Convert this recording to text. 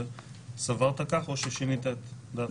סברת כך, או ששינית את דעתך?